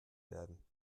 werden